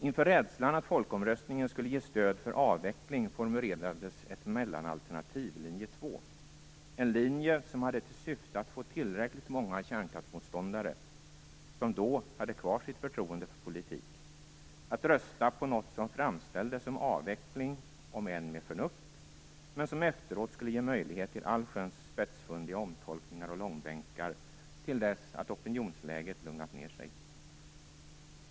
Inför rädslan att folkomröstningen skulle ge stöd för avveckling formulerades ett mellanalternativ - linje 2 - en linje som hade till syfte att få tillräckligt många kärnkraftsmotsåndare, som då hade kvar sitt förtroende för politiker, att rösta på något som framställdes som avveckling - om än med förnuft - men som efteråt skulle ge möjlighet till allsköns spetsfundiga omtolkningar och långbänkar till dess att opinionsläget lugnat ned sig.